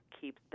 keeps